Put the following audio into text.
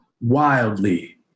wildly